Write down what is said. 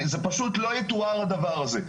זה פשוט לא יתואר הדבר הזה.